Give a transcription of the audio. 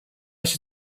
się